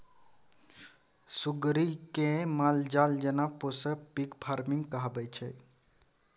सुग्गरि केँ मालजाल जेना पोसब पिग फार्मिंग कहाबै छै